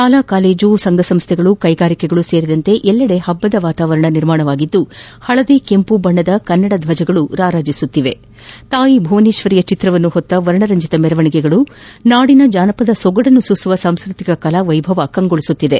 ಶಾಲಾ ಕಾಲೇಜು ಸಂಘಸಂಸ್ಥೆಗಳು ಕ್ಲೆಗಾರಿಕೆಗಳು ಸೇರಿದಂತೆ ಎಲ್ಲೆಡೆ ಹಬ್ಲದ ವಾತಾವರಣ ನಿರ್ಮಾಣವಾಗಿದ್ದು ಹಳದಿ ಕೆಂಪು ಬಣ್ಣದ ಕನ್ನಡ ಧ್ಲಜವನ್ನು ರಾರಾಜಿಸುತ್ತಿವೆ ತಾಯಿ ಭುವನೇಶ್ವರಿಯ ಚಿತ್ರವನ್ನು ಹೊತ್ತ ವರ್ಣರಂಜಿತ ಮೆರವಣಿಗೆಗಳು ನಾಡಿನ ಜಾನಪದ ಸೊಗಡನ್ನು ಸೂಸುವ ಸಾಂಸ್ಕೃತಿಕ ಕಲಾ ವೈಭವ ಕಂಗೊಳಿಸುತ್ತಿದೆ